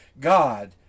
god